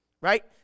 right